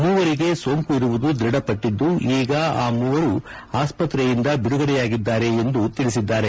ಮೂವರಿಗೆ ಸೋಂಕು ಇರುವುದು ದೃಢಪಟ್ಲಿದ್ದು ಈಗ ಆ ಮೂವರು ಆಸ್ಪತ್ರೆಯಿಂದ ಬಿಡುಗಡೆಯಾಗಿದ್ದಾರೆ ಎಂದು ತಿಳಿಸಿದ್ದಾರೆ